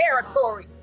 territory